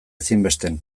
ezinbestean